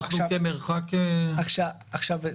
עכשיו,